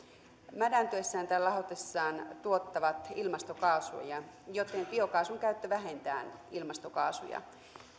mädäntyessään tai lahotessaan tuottavat ilmastokaasuja joten biokaasun käyttö vähentää ilmastokaasuja